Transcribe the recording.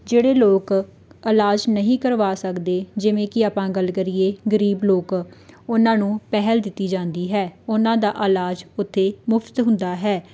ਜਿਹੜੇ ਲੋਕ ਇਲਾਜ ਨਹੀਂ ਕਰਵਾ ਸਕਦੇ ਜਿਵੇਂ ਕਿ ਆਪਾਂ ਗੱਲ ਕਰੀਏ ਗਰੀਬ ਲੋਕ ਉਹਨਾਂ ਨੂੰ ਪਹਿਲ ਦਿੱਤੀ ਜਾਂਦੀ ਹੈ ਉਹਨਾਂ ਦਾ ਇਲਾਜ ਉੱਥੇ ਮੁਫਤ ਹੁੰਦਾ ਹੈ